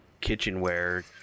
kitchenware